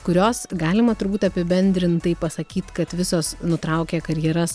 kurios galima turbūt apibendrintai pasakyt kad visos nutraukė karjeras